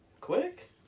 quick